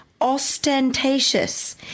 Ostentatious